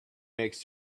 makes